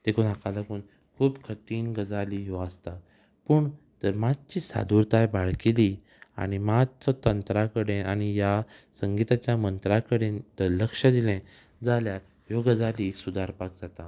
देखून हाका लागून खूब कटीण गजाली ह्यो आसता पूण जर मातशी सादुरताय बाळगिली आनी मातसो तंत्रा कडेन आनी ह्या संगिताच्या मंत्रा कडेन तर लक्ष दिलें जाल्यार ह्यो गजाली सुदारपाक जाता